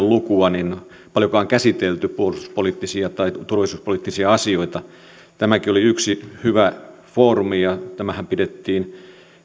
lukua paljoakaan käsitelty puolustuspoliittisia tai turvallisuuspoliittisia asioita tämäkin oli yksi hyvä foorumi ja tämähän pidettiin